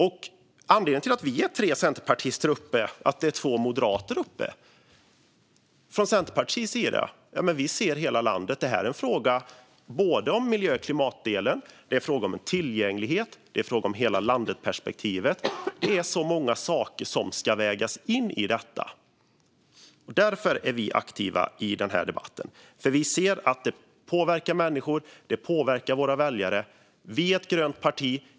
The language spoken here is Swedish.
Anledningen till att vi är tre centerpartister som går upp i talarstolen och att det är två moderater som gör det är att vi ser hela landet. För Centerpartiet är det här en fråga om både miljö och klimat och om tillgänglighet. Det är en fråga om hela-landet-perspektivet. Det är så många saker som ska vägas in i detta. Därför är vi aktiva i den här debatten. Vi ser att det påverkar människor. Det påverkar våra väljare. Vi är ett grönt parti.